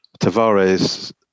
Tavares